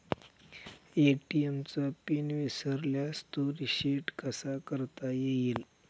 ATM चा PIN विसरल्यास तो रिसेट कसा करता येईल?